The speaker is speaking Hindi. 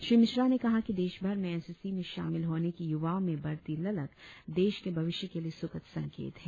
श्री मिश्रा ने कहा कि देशभर में एन सी सी में शामिल होने की युवाओं में बढ़ती ललक देश के भविष्य के लिए सुखद संकेत है